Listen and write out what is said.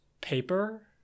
paper